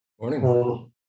morning